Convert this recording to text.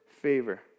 favor